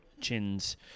chins